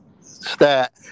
stat